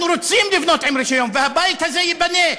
אנחנו רוצים לבנות עם רישיון, והבית הזה ייבנה.